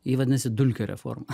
ji vadinasi dulkio reforma